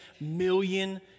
million